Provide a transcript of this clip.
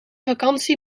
vakantie